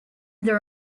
there